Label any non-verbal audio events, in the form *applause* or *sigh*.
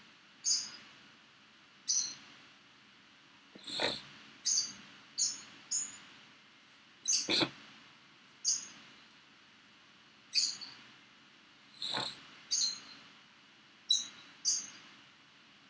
*noise* *noise* *noise*